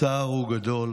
הצער הוא גדול.